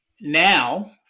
now